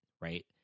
right